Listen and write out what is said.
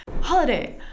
Holiday